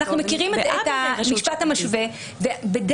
כל עוד לא הוכחה אשמתו ונקבעה בידי רשות שיפוטית.